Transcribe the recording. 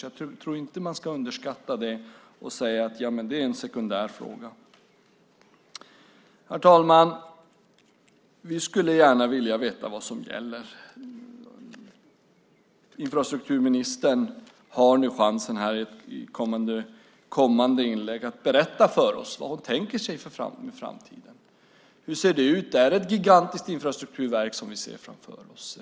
Jag tror inte att man ska underskatta det och säga att det är en sekundär fråga. Herr talman! Vi skulle gärna vilja veta vad som gäller. Infrastrukturministern har chansen att i kommande inlägg berätta för oss vad hon tänker sig ska gälla i framtiden. Hur ser det ut? Är det ett gigantiskt infrastrukturverk vi ser framför oss?